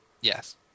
Yes